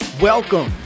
Welcome